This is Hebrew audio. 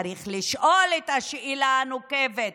צריך לשאול את השאלה הנוקבת: